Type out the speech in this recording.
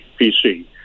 PC